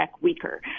weaker